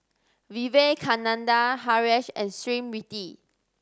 Vivekananda Haresh and Smriti